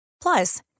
Plus